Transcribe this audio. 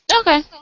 Okay